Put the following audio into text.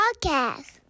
Podcast